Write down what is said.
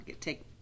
take